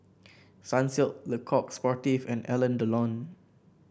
Sunsilk Le Coq Sportif and Alain Delon